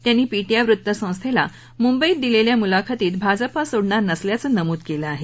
त्यांनी पीटीआय वृत्तसंस्थेला मुंबईत दिलेल्या मुलाखतीत भाजप सोडणार नसल्याचं नमुद केलं आहे